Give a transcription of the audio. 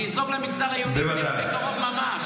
זה יזלוג למגזר היהודי ממש בקרוב.